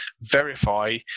verify